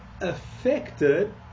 affected